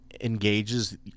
engages